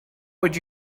would